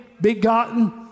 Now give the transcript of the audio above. begotten